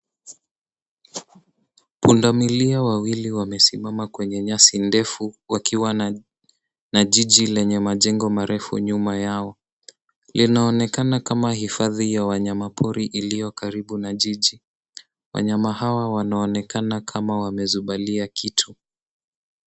Pundamilia wawili wamesimama kwenye nyasi ndefu wakiwa na jiji lenye majengo marefu nyuma yao linaonekana kama hifadhi ya wanyama pori iliyo karibu na jiji. Wanyama hawa wanaonekana kama wamezubalia kitu.